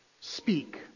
speak